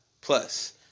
Plus